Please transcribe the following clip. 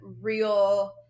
real